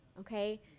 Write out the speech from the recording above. okay